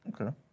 okay